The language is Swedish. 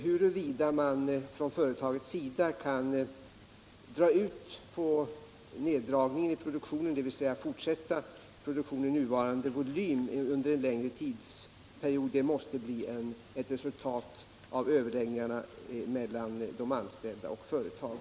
I vilken mån företaget kan skjuta upp neddragningen av produktionen, dvs. fortsätta produktion med nuvarande volym under en längre tidsperiod, måste bli ett resultat av överläggningarna mellan de anställda och företaget.